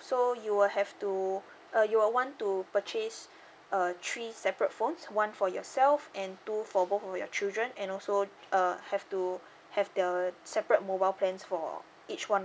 so you will have to uh you will want to purchase uh three separate phones one for yourself and two for both for your children and also uh have to have their separate mobile plans for each one